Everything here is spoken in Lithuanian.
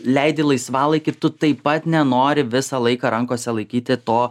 leidi laisvalaikį tu taip pat nenori visą laiką rankose laikyti to